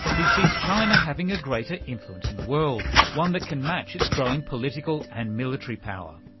he sees china having a greater influence in the world, one that can match its growing political and military power.